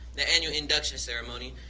the annual induction ceremony.